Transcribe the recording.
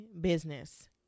business